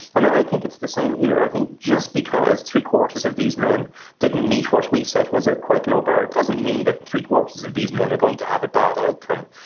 and i think it's the same here. i think just because three-quarters of these men didn't meet what we set as a quite low bar doesn't mean that three-quarters of these men are going to have a bad outcome.